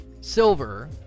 Silver